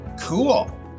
cool